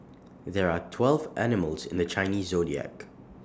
there are twelve animals in the Chinese Zodiac